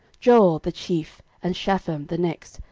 joel the chief, and shapham the next,